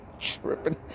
tripping